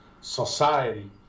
society